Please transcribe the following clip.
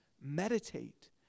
meditate